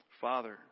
Father